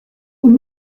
und